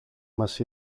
μας